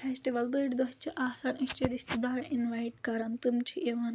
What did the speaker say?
festival بٔڑۍ دۄہ چھِ آسان أسۍ چھِ رِشتہٕ دار اِنوایٹ کران تِم چھِ یِوان